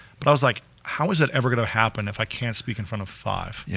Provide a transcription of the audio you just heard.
but i was like how is that ever going to happen if i can't speak in front of five? yeah